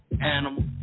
animal